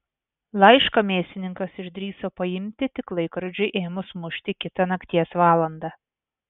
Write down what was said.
laišką mėsininkas išdrįso paimti tik laikrodžiui ėmus mušti kitą nakties valandą